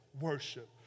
worship